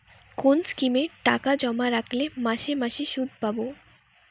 কোন স্কিমে টাকা জমা রাখলে মাসে মাসে সুদ পাব?